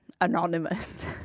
Anonymous